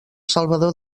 salvador